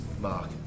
Mark